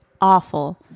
awful